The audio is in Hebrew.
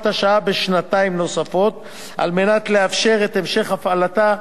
השעה בשנתיים נוספות על מנת לאפשר את המשך הפעלתה,